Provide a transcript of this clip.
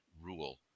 rule